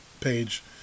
page